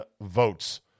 votes